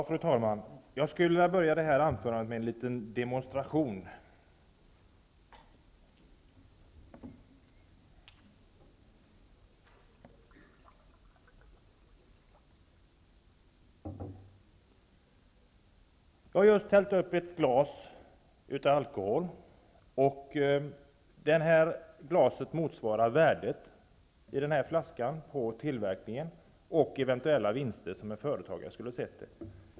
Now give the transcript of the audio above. Fru talman! Jag skulle vilja börja med en liten demonstration. Jag har just hällt upp ett glas alkohol, och den volymen i flaskan motsvarar värdet av tillverkningen och eventuella vinster, som en företagare skulle ha sett det.